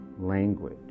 language